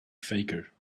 faker